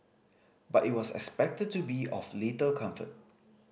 but it was expected to be of little comfort